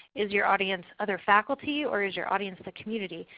is your audience other faculty? or is your audience the community?